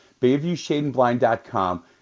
BayviewShadeAndBlind.com